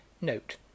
Note